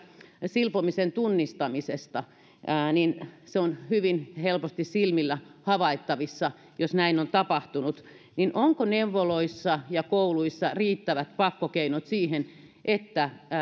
silpomisen tunnistamisesta että silpominen on hyvin helposti silmillä havaittavissa jos näin on tapahtunut niin onko neuvoloissa ja kouluissa riittävät pakkokeinot siihen että